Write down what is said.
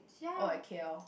or at K_L